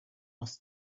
was